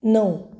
णव